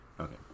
Okay